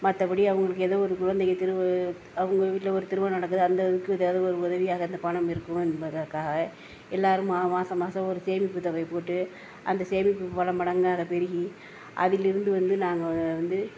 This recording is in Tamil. மற்றபடி அவங்களுக்கு ஏதோ ஒரு குழந்தையை திருவ அவங்க வீட்டில் ஒரு திருமணம் நடக்குது அந்த இதுக்கு ஏதாவது ஒரு உதவியாக இந்த பணம் இருக்கும் என்பதற்காக எல்லாேரும் மா மாதம் மாதம் ஒரு சேமிப்பு தொகை போட்டு அந்த சேமிப்பு பல மடங்காக பெருகி அதிலிருந்து வந்து நாங்கள் வந்து